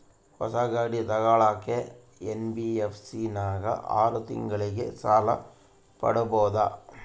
ಹೊಸ ಗಾಡಿ ತೋಗೊಳಕ್ಕೆ ಎನ್.ಬಿ.ಎಫ್.ಸಿ ನಾಗ ಆರು ತಿಂಗಳಿಗೆ ಸಾಲ ಪಡೇಬೋದ?